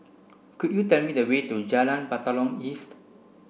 could you tell me the way to Jalan Batalong East